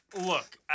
Look